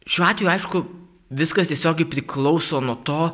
šiuo atveju aišku viskas tiesiogiai priklauso nuo to